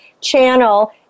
Channel